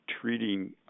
treating